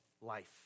life